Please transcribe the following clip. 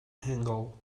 angle